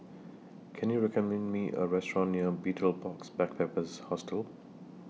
Can YOU recommend Me A Restaurant near Betel Box Backpackers Hostel